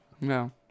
no